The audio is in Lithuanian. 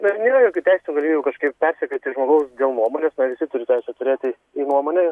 na nėra jokių teisinių galimybių kažkaip persekioti žmogaus dėl nuomonės na visi turi teisę turėti į nuomonę ir